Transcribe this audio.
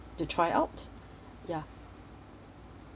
to try out ya